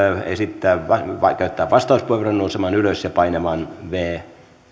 käyttää vastauspuheenvuoron nousemaan ylös ja painamaan viides